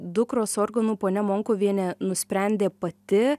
dukros organų ponia monkuvienė nusprendė pati